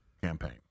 campaign